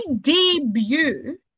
debut